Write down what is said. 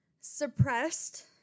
suppressed